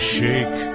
shake